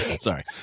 Sorry